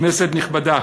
כנסת נכבדה,